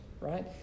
right